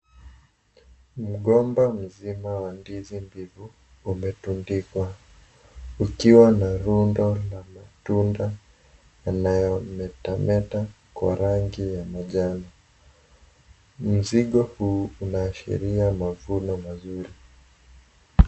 Mgomba mzima wa ndizi mbichi umerundikwa ukiwa na rundo la matunda yanayometameta kwa rangi ya majani. Mzigo huu unaashiria mavuno mazuri.